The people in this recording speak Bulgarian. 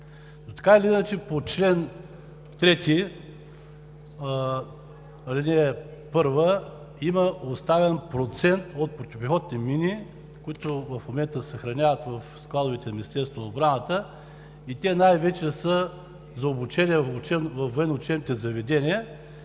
така или иначе по чл. 3, ал. 1 има оставен процент от противопехотни мини, които в момента се съхраняват в складовете на Министерството на обраната. Те най-вече са за обучение във военноучебните заведения,